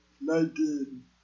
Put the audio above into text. nineteen